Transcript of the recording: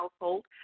household